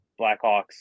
Blackhawks